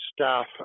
staff